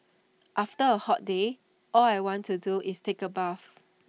after A hot day all I want to do is take A bath